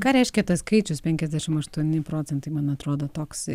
ką reiškia tas skaičius penkiasdešimt aštuoni procentai man atrodo toks